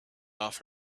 off